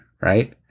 right